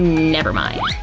never mind!